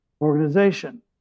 organization